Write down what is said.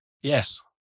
yes